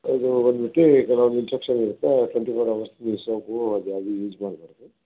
ಇದು ಬಂದ್ಬಿಟ್ಟು ಕೆಲವೊಂದು ಇನ್ಸ್ಟ್ರಕ್ಷನ್ ಇರುತ್ತೆ ಟ್ವೆಂಟಿ ಫೋರ್ ಹವರ್ಸ್ ಈ ಸೋಪ್ ಅದ್ಯಾವುದು ಯೂಸ್ ಮಾಡಬಾರ್ದು